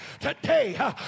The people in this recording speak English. today